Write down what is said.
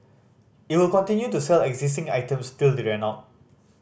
it will continue to sell existing items till they run out